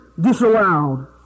disallowed